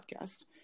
podcast